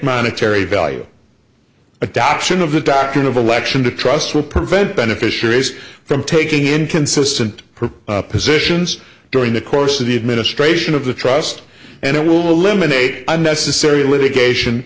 monetary value adoption of the doctrine of election to trust will prevent beneficiaries from taking inconsistent positions during the course of the administration of the trust and it will limit eight unnecessary litigation